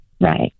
Right